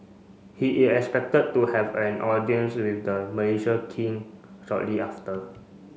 he is expected to have an audience with the Mlaaysia King shortly after